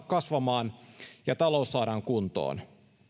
kasvamaan ja talous saadaan kuntoon